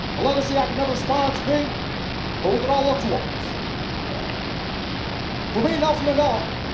a legacy i can never aspire to be but we can all look towards and a for me nelson mandela